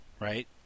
right